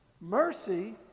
mercy